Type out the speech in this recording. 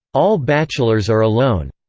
all bachelors are alone,